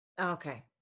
Okay